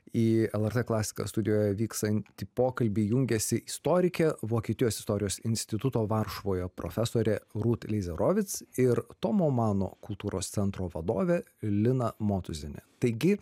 į lrt klasika studijoje vykstantį pokalbį jungiasi istorikė vokietijos istorijos instituto varšuvoje profesorė rūt leizerovic ir tomo mano kultūros centro vadovė lina motuzienė taigi